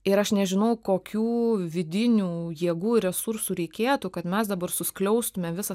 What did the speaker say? ir aš nežinau kokių vidinių jėgų ir resursų reikėtų kad mes dabar suskliaustume visą